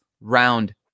round